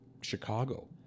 Chicago